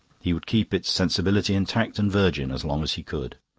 he would keep its sensibility intact and virgin as long as he could.